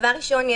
דבר ראשון,